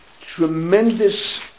tremendous